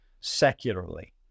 secularly